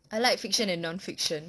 I like fiction and non fiction